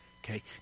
Okay